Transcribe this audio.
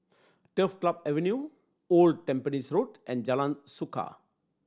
Turf Club Avenue Old Tampines Road and Jalan Suka